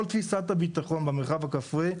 כל תפיסת הביטחון במרחב הכפרי,